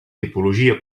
tipologia